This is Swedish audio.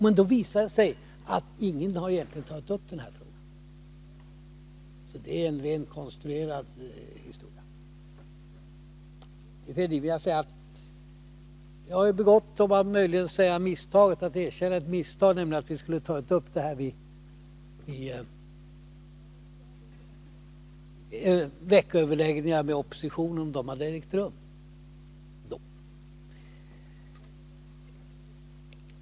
Men då visar det sig att ingen egentligen har tagit upp denna fråga, så det är en rent konstruerad historia. Till Thorbjörn Fälldin vill jag säga att jag möjligen har begått misstaget att erkänna ett misstag, nämligen att vi skulle ha tagit upp denna fråga i veckoöverläggningar med oppositionen, om de hade ägt rum då.